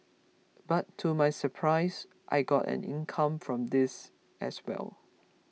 but to my surprise I got an income from this as well